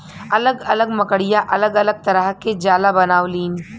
अलग अलग मकड़िया अलग अलग तरह के जाला बनावलीन